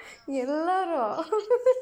எல்லாரும்:ellaarum